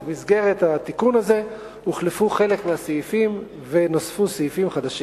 ובמסגרת התיקון הזה הוחלפו חלק מהסעיפים ונוספו סעיפים חדשים.